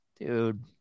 Dude